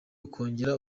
ukongera